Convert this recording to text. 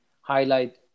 highlight